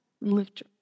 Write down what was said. Lift